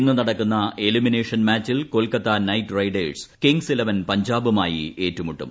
ഇന്ന് നടക്കുന്ന എലിമിനേഷൻ മാച്ചിൽ Kolkata Knight Riders Kings eleven പഞ്ചാബുമായി ഏറ്റുമുട്ടും